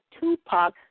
Tupac